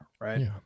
Right